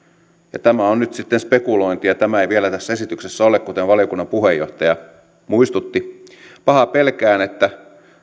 ja tämä on nyt sitten spekulointia tämä ei vielä tässä esityksessä ole kuten valiokunnan puheenjohtaja muistutti että